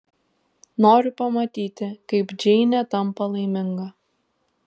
noriu pamatyti kaip džeinė tampa laiminga